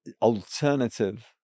alternative